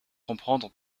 comprendre